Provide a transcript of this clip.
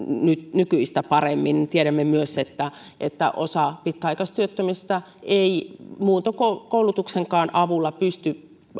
nykyistä paremmin tiedämme myös että että osa pitkäaikaistyöttömistä ei muuntokoulutuksenkaan avulla pysty